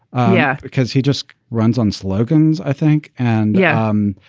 yeah. because he just runs on slogans, i think. and yeah, um